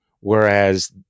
Whereas